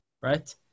right